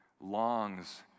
longs